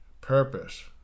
purpose